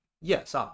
Yes